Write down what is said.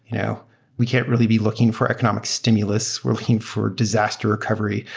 you know we can't really be looking for economic stimulus. we're looking for disaster recovery.